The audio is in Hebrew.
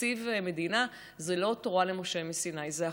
תקציב מדינה זה לא תורה למשה מסיני, זה החלטות,